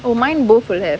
oh mine both will have